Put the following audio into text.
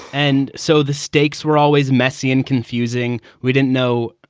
and so the stakes were always messy and confusing. we didn't know,